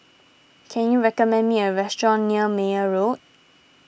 can you recommend me a restaurant near Meyer Road